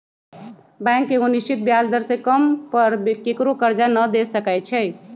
bank एगो निश्चित ब्याज दर से कम पर केकरो करजा न दे सकै छइ